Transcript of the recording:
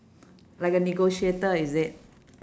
like a negotiator is it